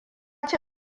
ci